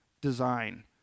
design